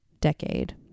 decade